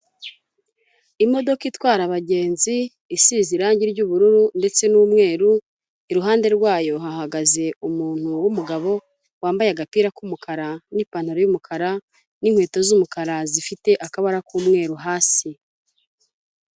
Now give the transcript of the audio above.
Imodoka itwara abagenzi, isize irangi ry'ubururu ndetse n'umweru, iruhande rwayo hahagaze umuntu w'umugabo wambaye agapira k'umukara n'ipantaro y'umukara n'inkweto z'umukara zifite akabara k'umweru hasi.